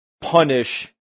punish